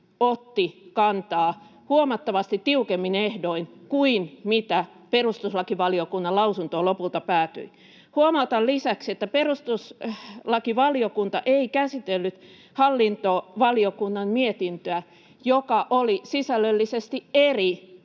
otti kantaa huomattavasti tiukemmin ehdoin kuin mitä perustuslakivaliokunnan lausuntoon lopulta päätyi. Huomautan lisäksi, että perustuslakivaliokunta ei käsitellyt hallintovaliokunnan mietintöä, joka oli sisällöllisesti eri